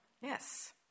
Yes